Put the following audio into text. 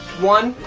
one,